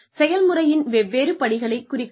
செயல்முறையின் வெவ்வேறு படிகளைக் குறிக்கவும்